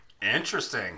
interesting